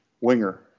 winger